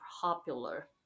popular